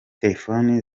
telefoni